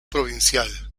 provincial